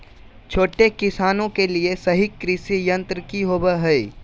छोटे किसानों के लिए सही कृषि यंत्र कि होवय हैय?